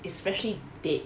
especially dead